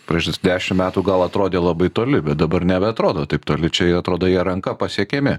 priešais dešimt metų gal atrodė labai toli bet dabar nebeatrodo taip toli čia jie atrodo jie ranka pasiekiami